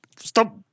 Stop